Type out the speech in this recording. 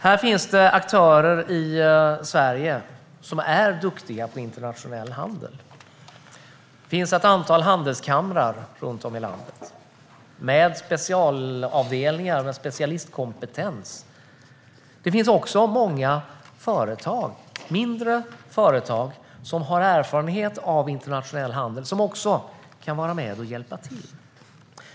Det finns aktörer i Sverige som är duktiga på internationell handel. Det finns ett antal handelskamrar runt om i landet med specialavdelningar med specialistkompetens. Det finns också många mindre företag som har erfarenhet av internationell handel som också kan vara med och hjälpa till.